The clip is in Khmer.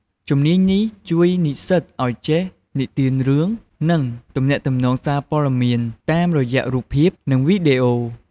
ជំនាញនេះជួយនិស្សិតឱ្យចេះនិទានរឿង និងទំនាក់ទំនងសារព័ត៌មានតាមរយៈរូបភាព និងវីដេអូ។